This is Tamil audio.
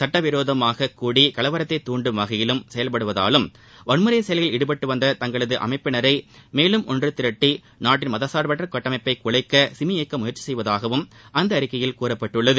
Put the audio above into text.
சட்டவிரோதமாக கூடி கலவரத்தை தூண்டும் வகையிலும் செயல்படுதாலும் வன்முறை செயல்களில் ஈடுபட்டு வந்த தங்களது அமைப்பினரை மேலும் ஒன்று திரட்டி நாட்டின் மதசார்ப்பற்ற கட்டமைப்பை குலைக்க சிமி இயக்கம் முயற்சி செய்வதாகவும் அந்த அறிவிக்கையில் கூறப்பட்டுள்ளது